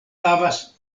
havas